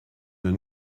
des